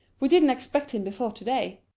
we didn't expect him before to-day.